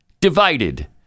divided